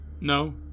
No